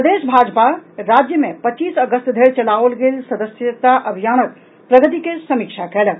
प्रदेश भाजपा राज्य मे पच्चीस अगस्त धरि चलाओल गेल सदस्यता अभियानक प्रगति के समीक्षा कयलक